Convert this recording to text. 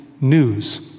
news